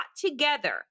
together